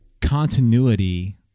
continuity